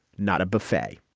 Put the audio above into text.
not a buffet